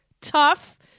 tough